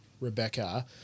Rebecca